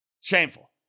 Shameful